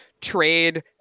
trade